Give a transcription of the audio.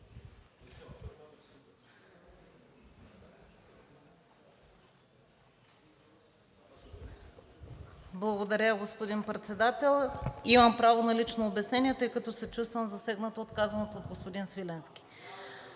Благодаря, господин Председател. Имам право на лично обяснение, тъй като се чувствам засегната от казаното от господин Свиленски.